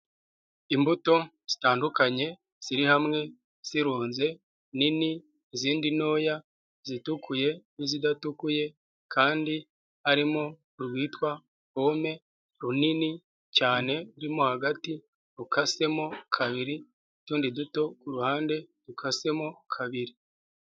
Imbuto zitandukanye ziri hamwe zirunze nini, izindi ntoya zitukuye n'izidatukuye kandi arimo urwitwa pomme runini cyane, rurimo hagati rukasemo kabiri, utundi duto kuruhande dukasemo kabiri.